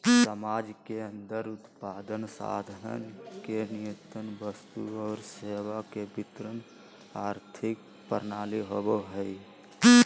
समाज के अन्दर उत्पादन, संसाधन के नियतन वस्तु और सेवा के वितरण आर्थिक प्रणाली होवो हइ